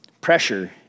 pressure